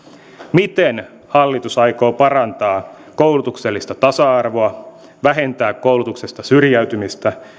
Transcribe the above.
miten hallitus aikoo parantaa koulutuksellista tasa arvoa vähentää koulutuksesta syrjäytymistä